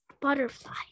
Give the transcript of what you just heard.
butterfly